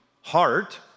heart